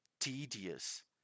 tedious